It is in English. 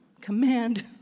command